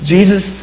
Jesus